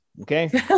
okay